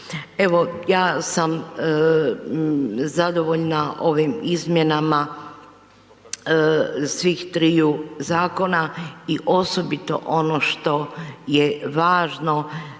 Evo ja sam zadovoljan ovim izmjenama svih triju zakona i osobito ono što je važno,